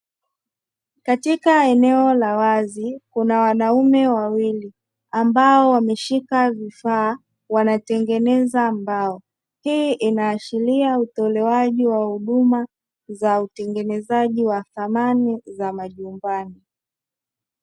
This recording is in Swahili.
Katika eneo la wazi kuna wanaume wawili ambao wameshika vifaa wanatengeneza mbao, hii inaashiria uchelewaji wa huduma za utengenezaji wa sanamu za majumbani.